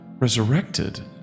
Resurrected